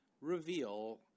reveal